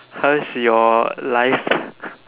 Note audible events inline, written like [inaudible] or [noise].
how's your life [laughs]